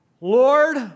Lord